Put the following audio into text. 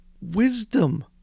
wisdom